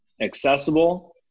accessible